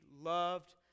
loved